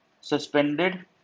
Suspended